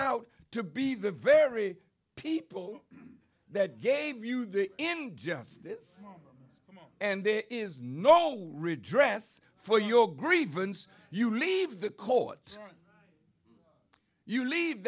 out to be the very people that gave you the injustice and there is no redress for your grievance you leave the court you leave